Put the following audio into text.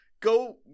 Go